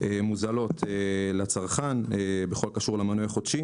מוזלות לצרכן בכל הקשור למנוי החודשי.